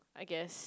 I guess